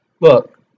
look